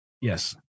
Yes